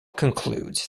concludes